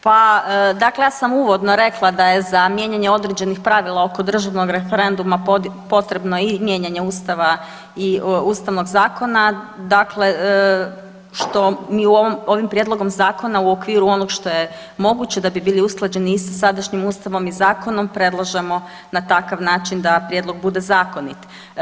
Pa, dakle ja sam uvodno rekla da je za mijenjanje određenih pravila oko državnog referenduma potrebno i mijenjanje ustava i Ustavnog zakona, dakle što mi ovim prijedlogom zakona u okviru onog što je moguće da bi bili usklađeni i sa sadašnjim ustavom i zakonom predlažemo na takav način da prijedlog bude zakonit.